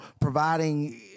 providing